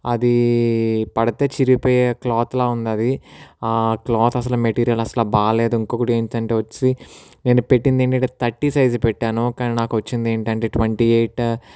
అది పడితే చిరిగిపోయే క్లాత్లా ఉంది అది ఆ క్లాత్ అసలు మెటీరియల్ అసలు బాగోలేదు ఇంకొకటి ఏంటంటే వచ్చి నేను పెట్టింది ఏంటంటే థర్టీ సైజ్ పెట్టాను కానీ నాకు వచ్చింది ఏంటంటే ట్వంటీ ఎయిట్